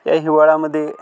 या हिवाळ्यामध्ये